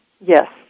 Yes